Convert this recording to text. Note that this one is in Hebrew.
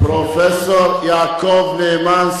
פרופסור יעקב נאמן,